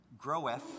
Groweth